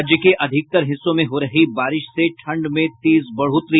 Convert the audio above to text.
राज्य के अधिकतर हिस्सों में हो रही बारिश से ठंड में तेज बढ़ोतरी